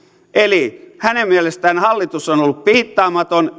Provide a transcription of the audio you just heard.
eli hänen mielestään hallitus on ollut piittaamaton